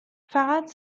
فقط